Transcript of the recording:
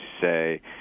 say